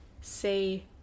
say